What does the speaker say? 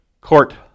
court